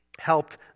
helped